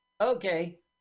okay